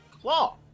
Claw